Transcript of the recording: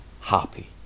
happy